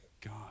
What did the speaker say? God